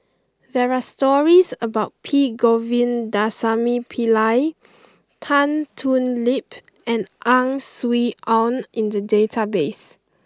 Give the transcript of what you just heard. there are stories about P Govindasamy Pillai Tan Thoon Lip and Ang Swee Aun in the database